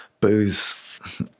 Booze